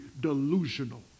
delusional